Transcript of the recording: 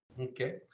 Okay